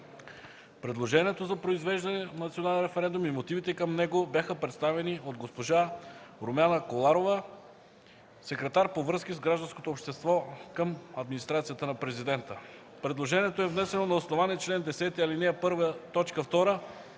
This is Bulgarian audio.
Предложението за произвеждане на национален референдум и мотивите към него бяха представени от госпожа Румяна Коларова – секретар по връзки с гражданското общество към администрацията на Президента.. Предложението е внесено на основание чл. 10, ал. 1,